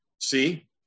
See